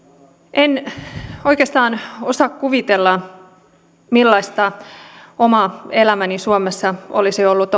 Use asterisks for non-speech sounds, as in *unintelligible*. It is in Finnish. en oikeastaan osaa kuvitella millaista oma elämäni suomessa olisi ollut *unintelligible*